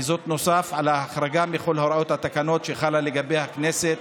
וזאת נוסף על ההחרגה מכל הוראות התקנות שחלה לגבי הכנסת,